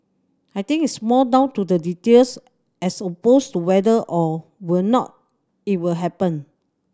I think it's more down to the details as opposed to whether or would not it will happen